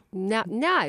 ne ne